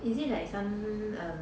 is it like um